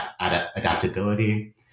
adaptability